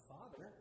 Father